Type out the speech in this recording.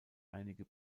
einige